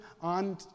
on